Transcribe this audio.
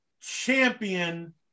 champion